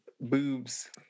boobs